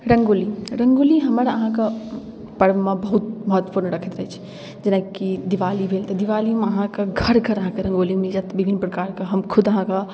रङ्गोली रङ्गोली हमर अहाँके पर्वमे बहुत महत्वपूर्ण रखैत अछि जेनाकि दिवाली भेल तऽ दिवालीमे अहाँके घर घर अहाँके रङ्गोली मिलि जाएत हम खुद अहाँके